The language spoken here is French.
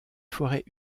forêts